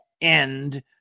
end